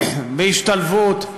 בהשתלבות,